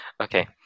Okay